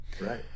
Right